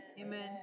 Amen